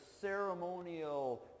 ceremonial